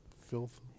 filth